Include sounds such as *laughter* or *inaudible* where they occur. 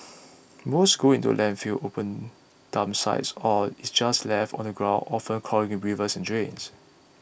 *noise* most goes into landfills open dump sites or is just left on the ground often clogging rivers and drains